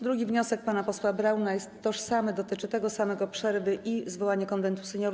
Drugi wniosek, pana posła Brauna, jest tożsamy, dotyczy tego samego: przerwy i zwołania Konwentu Seniorów.